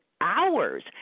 hours